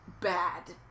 bad